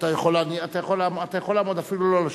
אתה יכול לעמוד, אפילו לא לשבת.